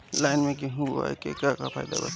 Line से गेहूं बोआई के का फायदा बा?